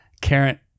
Karen